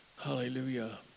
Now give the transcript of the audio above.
Hallelujah